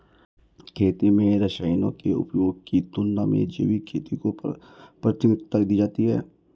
खेती में रसायनों के उपयोग की तुलना में जैविक खेती को प्राथमिकता दी जाती है